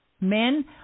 Men